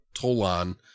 Tolan